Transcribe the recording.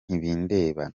ntibindeba